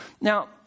now